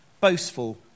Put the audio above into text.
boastful